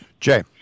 Jay